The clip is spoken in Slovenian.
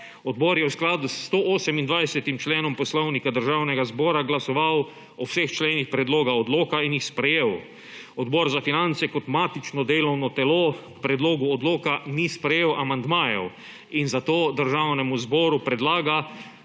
Odbor je v skladu s 128. členom Poslovnika Državnega zbora glasoval o vseh členih predloga odloka in jih sprejel. Odbor za finance kot matično delovno telo k predlogu odloka ni sprejel amandmajev in zato Državnemu zboru predlaga,